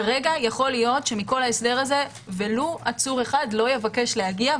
כרגע יכול להיות שמכל ההסדר הזה ולו עצור אחד לא יבקש להגיע,